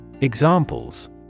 Examples